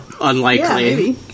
Unlikely